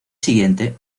siguiente